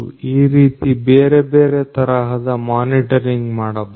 ಈ ರೀತಿ ಬೇರೆ ಬೇರೆ ತರಹದ ಮಾನಿಟರಿಂಗ್ ಮಾಡಬಹುದು